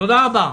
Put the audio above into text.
תודה רבה.